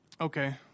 okay